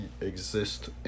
exist